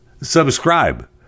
subscribe